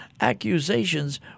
accusations